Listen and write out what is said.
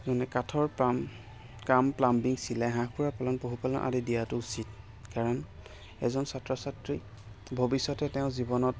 যেনে কাঠৰ পাম কাম প্লাম্বিং চিলাই হাঁহ কুকুৰা পালন পশু পালন আদি দিয়াতো উচিত কাৰণ এজন ছাত্ৰ ছাত্ৰী ভৱিষ্যতে তেওঁ জীৱনত